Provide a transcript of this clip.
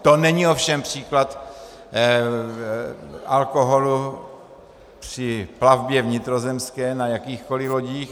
To není ovšem příklad alkoholu při plavbě vnitrozemské na jakýchkoliv lodích.